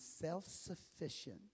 self-sufficient